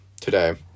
today